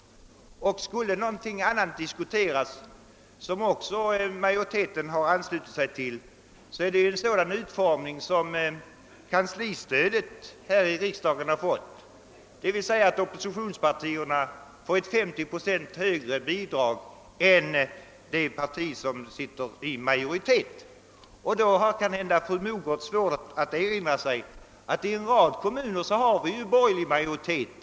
Majoriteten har icke den meningen att stödet bör få samma utformning som kanslistödet här i riksdagen fått, d. v. s. att oppositionspartierna bör få ett 50 procent högre bidrag än det parti som är i majoritet. Det har det aldrig talats om i utskottsbehandlingen. Kanhända har fru Mogård svårt att erinra sig att vi i en rad kommuner har borgerlig majoritet.